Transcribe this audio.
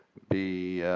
be